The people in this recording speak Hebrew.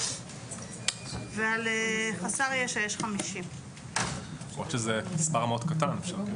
למרות שזה מספר מאוד קטן.